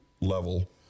level